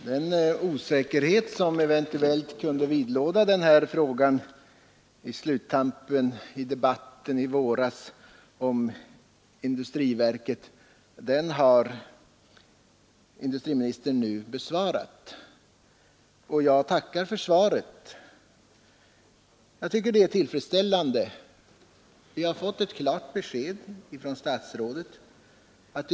Herr talman! Den osäkerhet som eventuellt kunde vidlåda den här frågan på sluttampen av debatten i våras om industriverket har industriministern nu undanröjt. Jag tackar för svaret. Jag tycker det är tillfredsställande att vi har fått ett klart besked av statsrådet.